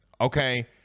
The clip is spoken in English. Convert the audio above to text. Okay